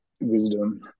wisdom